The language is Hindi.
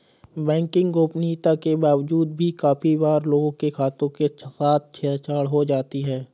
बैंकिंग गोपनीयता के बावजूद भी काफी बार लोगों के खातों के साथ छेड़ छाड़ हो जाती है